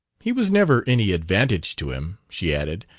he was never any advantage to him, she added,